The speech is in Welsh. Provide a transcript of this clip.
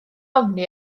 ofni